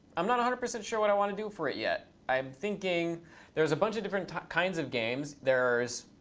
i'm not one hundred percent sure what i want to do for it yet. i'm thinking there's a bunch of different kinds of games. there's